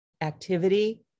activity